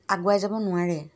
আগুৱাই যাব নোৱাৰে